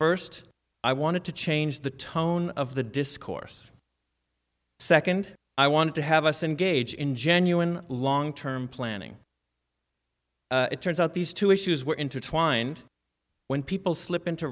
first i wanted to change the tone of the discourse second i wanted to have us engage in genuine long term planning it turns out these two issues were intertwined when people slip into